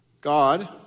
God